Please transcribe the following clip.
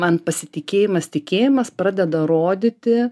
man pasitikėjimas tikėjimas pradeda rodyti